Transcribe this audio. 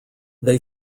they